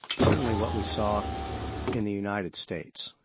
certainly what we saw in the united states,